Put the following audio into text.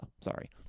Sorry